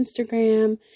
Instagram